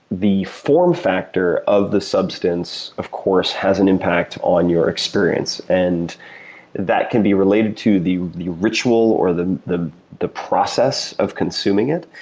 the form factor of the substance of course has an impact on your experience. and that can be related to the the ritual or the the process of consuming it.